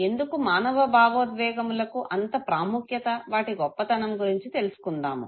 ఎందుకు మానవ భావోద్వేగములకు అంత ప్రాముఖ్యత వాటి గొప్పతనం గురించి తెలుసుకుందాము